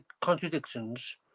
contradictions